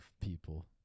people